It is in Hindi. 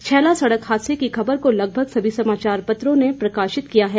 छैला सड़क हादसे की खबर को लगभग सभी समाचार पत्रों ने प्रकाशित किया है